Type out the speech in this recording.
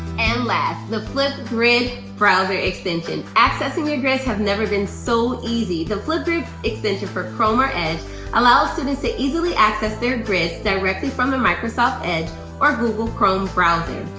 and last, the flipgrid browser extension. accessing your grids have never been so easy. the flipgrid extension from chrome or edge allows students to easily access their grids directly from the microsoft edge or google chrome browser.